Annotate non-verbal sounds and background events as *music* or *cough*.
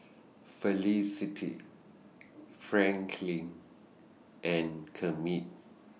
Felicity *noise* Franklyn and Kermit